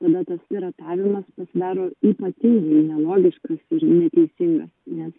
tada tas piratavimas pasidaro ypatingai nelogiškas ir neteisingas nes